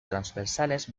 transversales